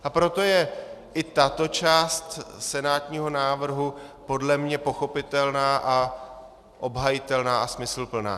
A proto je i tato část senátního návrhu podle mne pochopitelná a obhajitelná a smysluplná.